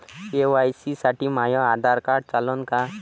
KYC साठी माह्य Aadhaar card चालन का?